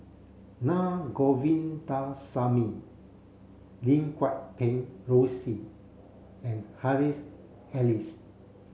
Na Govindasamy Lim Guat Kheng Rosie and Harry's Elias